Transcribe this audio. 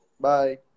Bye